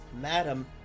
Madam